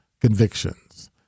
convictions